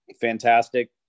fantastic